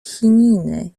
chininy